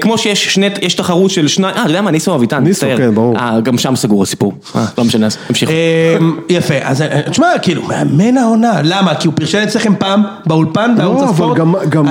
כמו שיש תחרות של שניים, אה למה, ניסו או אביטן? ניסו, כן, ברור. גם שם סגור הסיפור. לא משנה, אז נמשיך. אה, יפה. אז תשמע, כאילו, מאמן העונה? למה? כי הוא פרשן אצלכם פעם באולפן? בערוץ הספורט? אבל גם...